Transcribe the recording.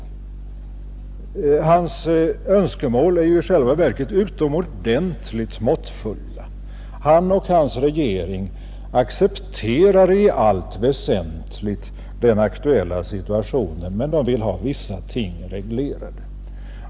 Hans önskemål är i själva verket utomordentligt måttfulla. Han och hans regering accepterar i allt väsentligt den aktuella situationen, men de vill ha vissa ting reglerade.